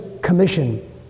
commission